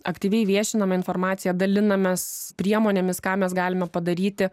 aktyviai viešinome informaciją dalinamės priemonėmis ką mes galime padaryti